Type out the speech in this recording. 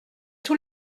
tout